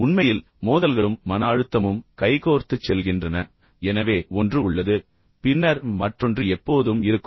உண்மையில் மோதல்களும் மன அழுத்தமும் கைகோர்த்துச் செல்கின்றன எனவே ஒன்று உள்ளது பின்னர் மற்றொன்று எப்போதும் இருக்கும்